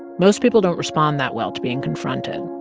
most people don't respond that well to being confronted.